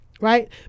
right